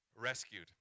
rescued